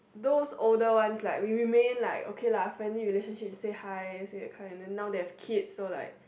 those older one like we remain like okay lah friendly relationship we say hi say that kind and then now they have kids so like